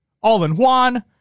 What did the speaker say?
All-in-One